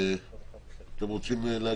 אייל